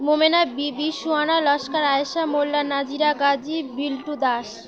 Momena Bibi Suhana Laskar Ayesha Molla Nazira Kazi Biltu Das